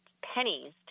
pennies